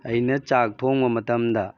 ꯑꯩꯅ ꯆꯥꯛ ꯊꯣꯡꯕ ꯃꯇꯝꯗ